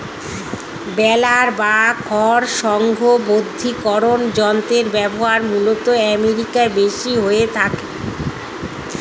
বেলার বা খড় সংঘবদ্ধীকরন যন্ত্রের ব্যবহার মূলতঃ আমেরিকায় বেশি হয়ে থাকে